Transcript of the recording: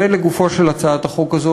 ולגופה של הצעת החוק הזאת,